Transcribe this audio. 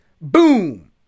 Boom